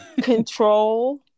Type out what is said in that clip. control